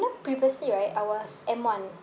previously right I was M one